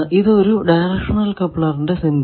ഇതാണ് ഒരു ഡയറക്ഷണൽ കപ്ലറിന്റെ സിംബൽ